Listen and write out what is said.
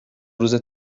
روزه